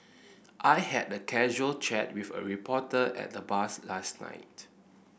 I had a casual chat with a reporter at the bars last night